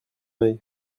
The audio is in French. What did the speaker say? œil